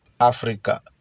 Africa